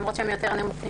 למרות שהם יותר נמוכים.